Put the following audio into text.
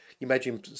imagine